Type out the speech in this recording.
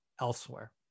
elsewhere